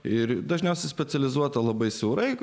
ir dažniausiai specializuota labai siaurai